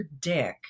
dick